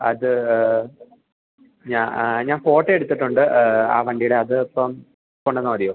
അത് ഞാൻ ഞാൻ ഫോട്ടോ എടുത്തിട്ടുണ്ട് ആ വണ്ടിയുടെ അതിപ്പം കൊണ്ടുവന്നാൽ മതിയോ